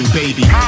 baby